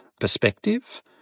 perspective